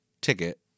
ticket